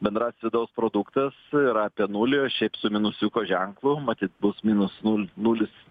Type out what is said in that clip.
bendrasis vidaus produktas yra apie nulį o šiaip su minusiuko ženklu matyt bus minus nul nulis